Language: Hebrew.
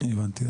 הבנתי.